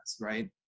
right